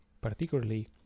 particularly